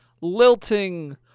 lilting